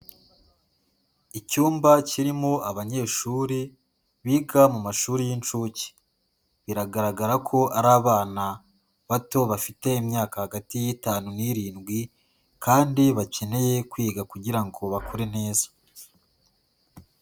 Icyumba kirimo abanyeshuri biga mu mashuri y'incuke. Biragaragara ko ari abana bato bafite imyaka hagati y'itanu n'irindwi kandi bakeneye kwiga kugira ngo bakure neza.